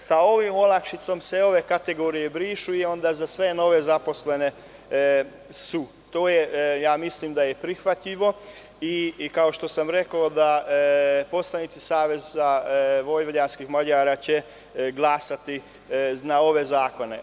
Sa ovim olakšicama se ove kategorije brišu i onda za sve nove zaposlene su, to jemislim da je prihvatljivo i kao što sam rekao da poslanici SVM će glasati na ove zakone.